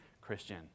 Christian